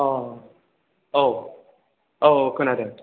अ औ औ खोनादों